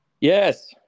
Yes